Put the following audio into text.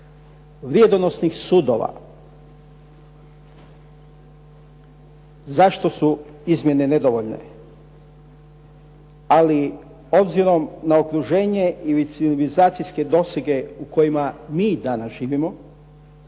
vrijednosnih sudova zašto su izmjene nedovoljne. Ali s obzirom na okruženje ili civilizacijske dosege u kojima mi danas živimo,